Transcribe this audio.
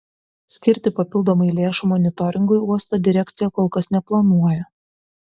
skirti papildomai lėšų monitoringui uosto direkcija kol kas neplanuoja